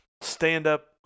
stand-up